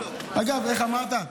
אגב, איך אמרת?